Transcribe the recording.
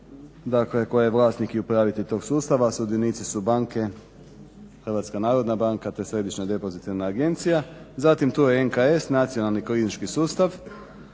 dakle koje je vlasnik i upravitelj tog sustava, sudionici su banke HNB te Središnja depozitarna agencija. Zato tu je NKS, Nacionalni kriznički sustav,